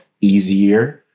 easier